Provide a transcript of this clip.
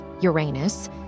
Uranus